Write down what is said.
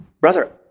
brother